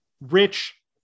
rich